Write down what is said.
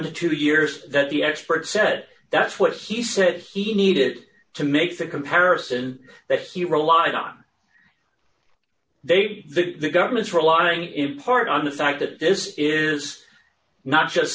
to two years that the expert said that's what he said he needed to make the comparison that he relied on they be the government's role on in part on the fact that this is not just